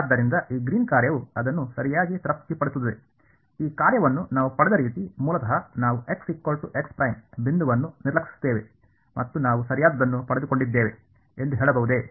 ಆದ್ದರಿಂದ ಈ ಗ್ರೀನ್ನ ಕಾರ್ಯವು ಅದನ್ನು ಸರಿಯಾಗಿ ತೃಪ್ತಿಪಡಿಸುತ್ತದೆ ಈ ಕಾರ್ಯವನ್ನು ನಾವು ಪಡೆದ ರೀತಿ ಮೂಲತಃ ನಾವು ಬಿಂದುವನ್ನು ನಿರ್ಲಕ್ಷಿಸುತ್ತೇವೆ ಮತ್ತು ನಾವು ಸರಿಯಾದ್ದನ್ನು ಪಡೆದುಕೊಂಡಿದ್ದೇವೆ ಎಂದು ಹೇಳಬಹುದೇ